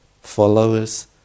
followers